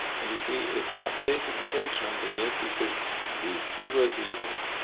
and you see it updated the page number here because these three words are unique,